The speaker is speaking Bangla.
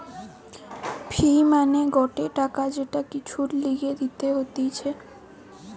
ফি মানে গটে টাকা যেটা কিছুর লিগে দিতে হতিছে